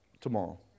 tomorrow